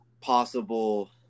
possible